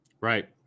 Right